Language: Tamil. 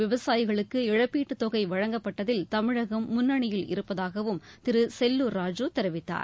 விவசாயிகளுக்கு இழப்பீட்டுத்தொகை வழங்கப்பட்டத்தில் தமிழகம் முன்னணியில் இருப்பதாகவும் திரு செல்லூர் ராஜூ தெரிவித்தார்